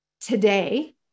today